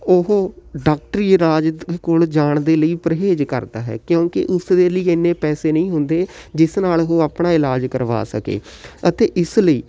ਉਹ ਡਾਕਟਰੀ ਇਲਾਜ ਦੇ ਕੋਲ ਜਾਣ ਦੇ ਲਈ ਪਰਹੇਜ਼ ਕਰਦਾ ਹੈ ਕਿਉਂਕਿ ਉਸ ਦੇ ਲਈ ਇੰਨੇ ਪੈਸੇ ਨਹੀਂ ਹੁੰਦੇ ਜਿਸ ਨਾਲ਼ ਉਹ ਆਪਣਾ ਇਲਾਜ ਕਰਵਾ ਸਕੇ ਅਤੇ ਇਸ ਲਈ